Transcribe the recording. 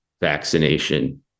vaccination